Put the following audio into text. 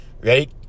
right